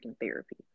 therapy